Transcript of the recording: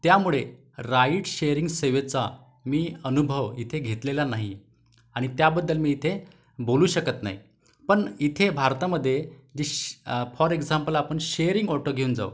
त्यामुळे ride sharing सेवेचा मी अनुभव इथे घेतलेला नाही आणि त्याबद्दल मी इथे बोलू शकत नाही पण इथे भारतामध्ये जी श फॉर एक्झाम्पल आपण शेअरिंग ऑटो घेऊन जाऊ